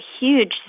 huge